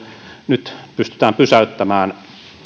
nyt myös pystytään pysäyttämään